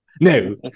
no